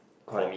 correct